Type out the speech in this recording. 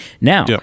Now